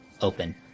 open